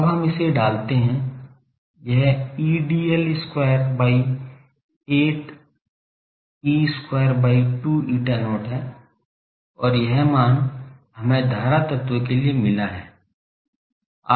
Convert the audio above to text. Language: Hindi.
तो अब हम इसे डालते हैं यह E dl square by 8 E square by 2 eta not है और यह मान हमें धारा तत्व के लिए मिला है